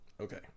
Okay